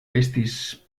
estis